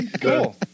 Cool